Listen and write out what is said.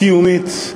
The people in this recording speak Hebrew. קיומית.